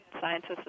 Scientists